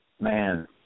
man